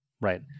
right